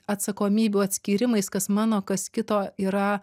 atsakomybių atskyrimais kas mano kas kito yra